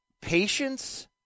patience